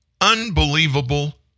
unbelievable